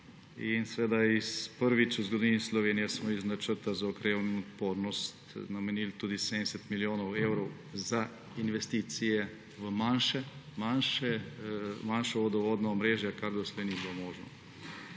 In seveda prvič v zgodovini Slovenije smo iz načrta za okrevanje in odpornost namenili tudi 70 milijonov evrov za investicije v manjšo vodovodna omrežja, kar doslej ni bilo možno.